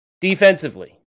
Defensively